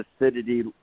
acidity